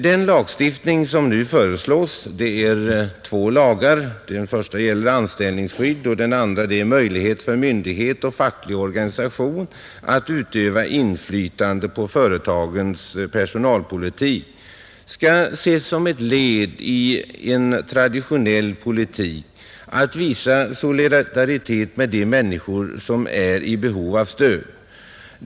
Den lagstiftning som nu föreslås — två lagar, varav den första gäller anställningsskydd och den andra möjlighet för myndighet och facklig organisation att utöva inflytande på företagens personalpolitik — skall ses som ett led i en traditionell politik att visa solidaritet med de människor som är i behov av stöd.